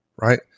right